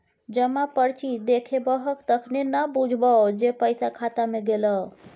जमा पर्ची देखेबहक तखने न बुझबौ जे पैसा खाता मे गेलौ